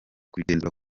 kubigenzura